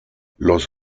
los